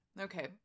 Okay